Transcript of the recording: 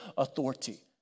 authority